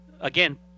again